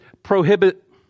prohibit